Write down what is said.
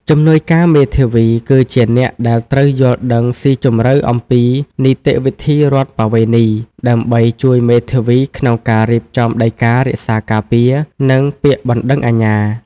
ជំនួយការមេធាវីគឺជាអ្នកដែលត្រូវយល់ដឹងស៊ីជម្រៅអំពីនីតិវិធីរដ្ឋប្បវេណី ដើម្បីជួយមេធាវីក្នុងការរៀបចំដីការក្សាការពារ និងពាក្យបណ្តឹងអាជ្ញា។